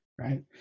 right